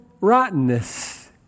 rottenness